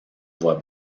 voix